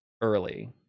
early